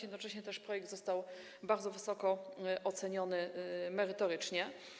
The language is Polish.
Jednocześnie projekt został bardzo wysoko oceniony merytorycznie.